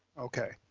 okay,